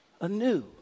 anew